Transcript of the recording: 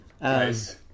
Nice